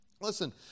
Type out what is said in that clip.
Listen